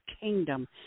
kingdom